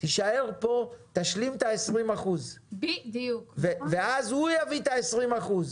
תישאר פה, תשלים את ה-20%, ואז הוא יביא את ה-20%.